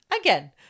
Again